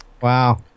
Wow